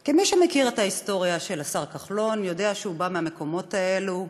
כי מי שמכיר את ההיסטוריה של השר כחלון יודע שהוא בא מהמקומות האלו,